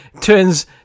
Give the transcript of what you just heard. turns